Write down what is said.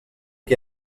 qui